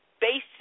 basic